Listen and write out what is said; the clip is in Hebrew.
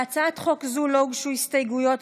להצעת חוק זו לא הוגשו הסתייגויות.